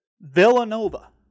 Villanova